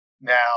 Now